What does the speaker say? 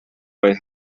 way